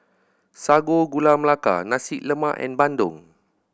Sago Gula Melaka Nasi Lemak and bandung